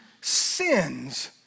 sins